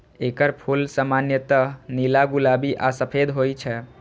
एकर फूल सामान्यतः नीला, गुलाबी आ सफेद होइ छै